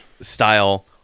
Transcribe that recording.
style